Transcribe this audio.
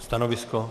Stanovisko?